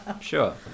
Sure